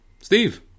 Steve